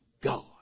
God